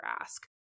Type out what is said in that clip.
ask